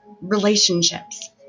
relationships